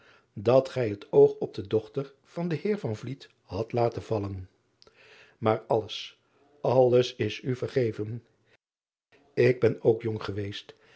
dat gij het oog op de dochter van den eer hadt laten vallen maar alles alles is u vergeven k ben ook jong geweest